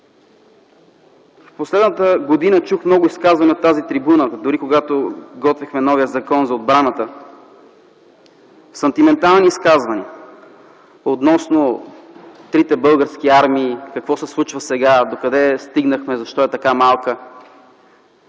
Последната година чух много изказвания от тази трибуна, дори когато подготвяхме новия Закон за отбраната – сантиментални изказвания относно трите български армии, какво се случва сега, докъде стигнахме, защо армията е така малка.